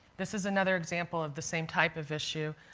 this is another example of the same type of issue.